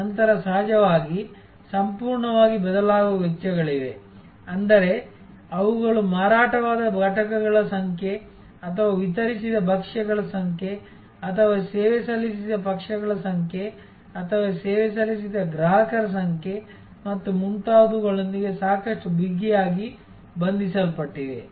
ನಂತರ ಸಹಜವಾಗಿ ಸಂಪೂರ್ಣವಾಗಿ ಬದಲಾಗುವ ವೆಚ್ಚಗಳಿವೆ ಅಂದರೆ ಅವುಗಳು ಮಾರಾಟವಾದ ಘಟಕಗಳ ಸಂಖ್ಯೆ ಅಥವಾ ವಿತರಿಸಿದ ಭಕ್ಷ್ಯಗಳ ಸಂಖ್ಯೆ ಅಥವಾ ಸೇವೆ ಸಲ್ಲಿಸಿದ ಪಕ್ಷಗಳ ಸಂಖ್ಯೆ ಅಥವಾ ಸೇವೆ ಸಲ್ಲಿಸಿದ ಗ್ರಾಹಕರ ಸಂಖ್ಯೆ ಮತ್ತು ಮುಂತಾದವುಗಳೊಂದಿಗೆ ಸಾಕಷ್ಟು ಬಿಗಿಯಾಗಿ ಬಂಧಿಸಲ್ಪಟ್ಟಿವೆ